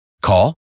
Call